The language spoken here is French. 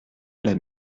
alla